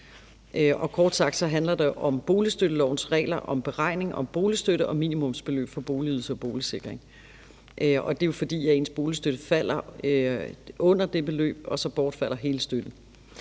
Kort sagt handler det om boligstøttelovens regler om beregning af boligstøtte og minimumsbeløb for boligydelse og boligsikring. Det er jo, fordi ens boligstøtte falder under det beløb, og at så bortfalder hele støtten.